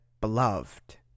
beloved